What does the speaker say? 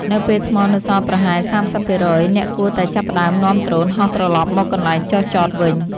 នៅពេលថ្មនៅសល់ប្រហែល ៣០% អ្នកគួរតែចាប់ផ្ដើមនាំដ្រូនហោះត្រលប់មកកន្លែងចុះចតវិញ។